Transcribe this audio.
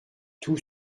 tout